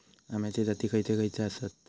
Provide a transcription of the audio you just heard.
अम्याचे जाती खयचे खयचे आसत?